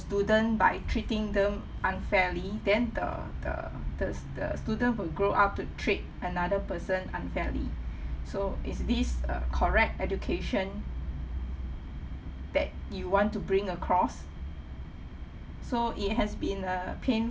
student by treating them unfairly then the the the the student will grow up to treat another person unfairly so is this a correct education that you want to bring across so it has been a painful